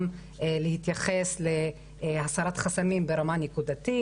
גם להתייחס להסרת חסמים ברמה נקודתית,